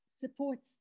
supports